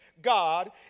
god